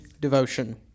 devotion